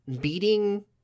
Beating